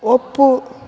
ಒಪ್ಪು